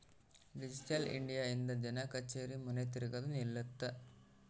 digital India ಇಂದ ಜನ ಕಛೇರಿ ಮನಿ ತಿರ್ಗದು ನಿಲ್ಲುತ್ತ